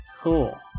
Cool